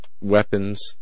weapons